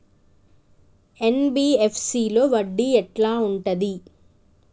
NBFC లో వడ్డీ ఎట్లా ఉంటది?